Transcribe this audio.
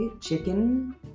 chicken